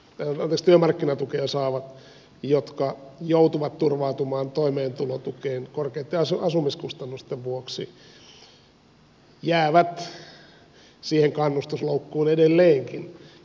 ne työmarkkinatukea saavat jotka joutuvat turvautumaan toimeentulotukeen korkeitten asumiskustannusten vuoksi jäävät siihen kannustusloukkuun edelleenkin